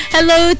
Hello